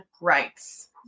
rights